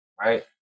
Right